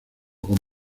con